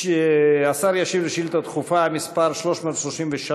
השר ישיב על שאילתה דחופה מס' 336,